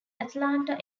atlanta